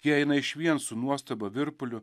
jie eina išvien su nuostaba virpuliu